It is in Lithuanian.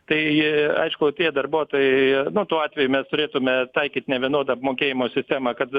tai aišku tie darbuotoj darbuotojų atveju mes turėtume taikyt nevienodą mokėjimo sistemą kad